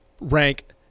rank